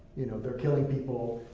you know, they're killing people,